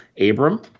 Abram